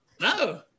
No